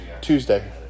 Tuesday